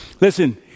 Listen